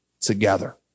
together